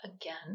again